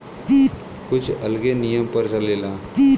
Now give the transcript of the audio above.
कुछ अलगे नियम पर चलेला